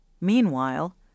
Meanwhile